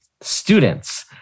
students